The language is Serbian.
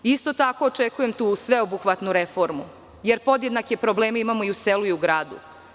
Isto tako, očekujem tu sveobuhvatnu reformu, jer podjednake probleme imamo i u selu i u gradu.